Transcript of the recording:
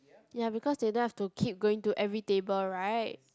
ya because they don't have to keep going to every table right